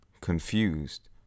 confused